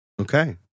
Okay